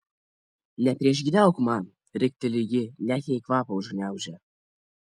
nepriešgyniauk man rikteli ji net jai kvapą užgniaužia